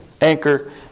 anchor